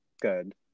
good